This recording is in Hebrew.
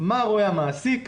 מה רואה המעסיק,